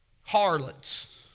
harlots